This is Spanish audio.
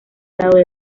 lado